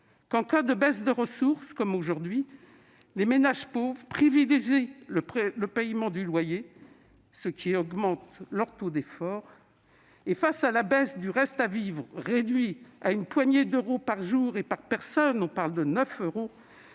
en cas de baisse de ressources, comme aujourd'hui, ces ménages privilégient le paiement du loyer, ce qui augmente le taux d'effort. Face à la baisse du reste à vivre, réduit à une poignée d'euros par jour et par personne- on parle de 9 euros